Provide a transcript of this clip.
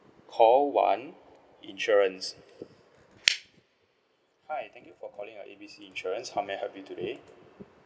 call one insurance hi thank you for calling A B C insurance how may I help you today